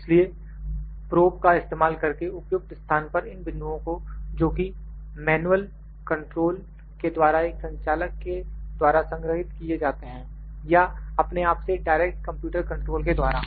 इसलिए प्रोब का इस्तेमाल करके उपयुक्त स्थान पर इन बिंदुओं को जोकि मैन्युअल कंट्रोल के द्वारा एक संचालक के द्वारा संग्रहित किए जाते हैं या अपने आप से डायरेक्ट कंप्यूटर कंट्रोल के द्वारा